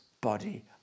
body